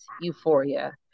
euphoria